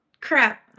crap